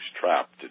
trapped